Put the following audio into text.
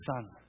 Son